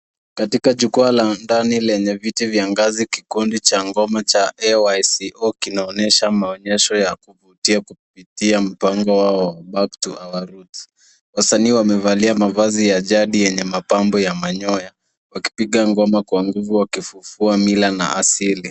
Katika jukwaa la ndani lenye viti vya ngazi ,kikundi cha Ngoma cha AYCO kinaonesha maonyesho kuvutia ,kupitia mpango wao wa back to our roots ..wasanii wamevalia mavazi ya jadi yenye mapambo ya manyonya wakipiga ngoma kwa nguvu wakifufua mila na asili.